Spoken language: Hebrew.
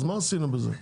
אז מה עשינו בזה?